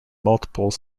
multiple